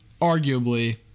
arguably